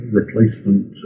replacement